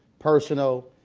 personal,